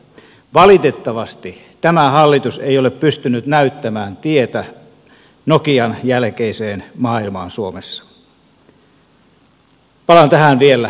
valitettavasti tämä hallitus ei ole pystynyt näyttämään tietä nokian jälkeiseen maailmaan suomessa palaan tähän vielä myöhemmin